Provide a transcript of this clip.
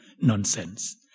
nonsense